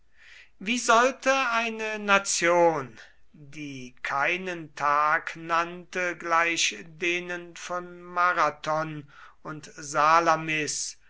wie sollte eine nation die keinen tag nannte gleich denen von marathon und